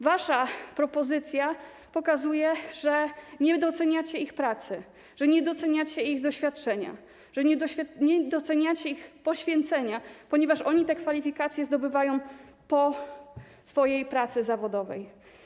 Wasza propozycja pokazuje, że nie doceniacie ich pracy, że nie doceniacie ich doświadczenia, że nie doceniacie ich poświęcenia, ponieważ oni te kwalifikacje zdobywają po godzinach swojej pracy zawodowej.